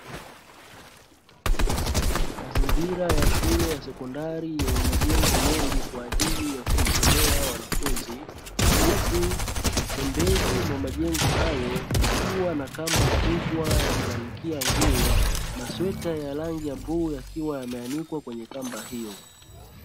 Mazingira ya shule ya sekondari yenye majengo mengi kwa ajili ya kujisomea wanafunzi, huku pembeni ya majengo hayo kukiwa na kamba kubwa ya kuanikia nguo masweta ya rangi ya bluu yakiwa yameanikwa kwenye kamba hiyo.